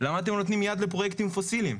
למה אתם נותנים לפרויקטים פוסיליים?